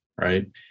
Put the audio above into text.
right